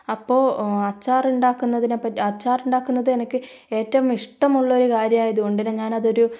അപ്പോൾ അച്ചാർ ഉണ ക്കുന്നതിനെ പറ്റി അച്ചാർ ഉണ്ടാക്കുന്നത് എനിക്ക് ഏറ്റവും ഇഷ്ടമുള്ളൊരു കാര്യമായത് കൊണ്ട് തന്നെ ഞാൻ അതൊരു